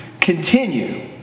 continue